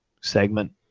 segment